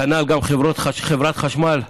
כנ"ל חברת החשמל,